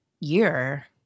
year